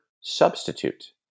substitute